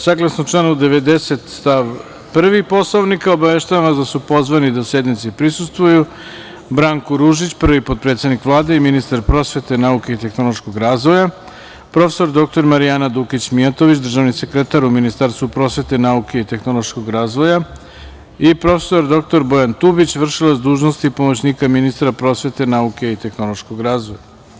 Saglasno članu 90. stav 1. Poslovnika obaveštavam vas da su pozvani da sednici prisustvuju Branko Ružić, prvi potpredsednik Vlade i ministar prosvete, nauke i tehnološkog razvoja, prof. dr Marijana Dukić Mijatović, državni sekretar u Ministarstvu prosvete, nauke i tehnološkog razvoja, i prof. dr Bojan Tubić, v.d. pomoćnika ministra prosvete, nauke i tehnološkog razvoja.